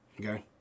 Okay